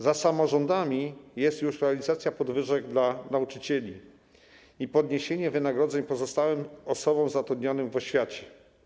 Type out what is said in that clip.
Za samorządami jest już realizacja podwyżek dla nauczycieli i podniesienie wynagrodzeń pozostałym osobom zatrudnionym w oświacie.